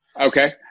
Okay